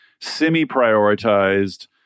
semi-prioritized